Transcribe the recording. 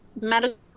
medical